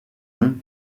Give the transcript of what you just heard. noms